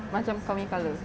macam kau punya colour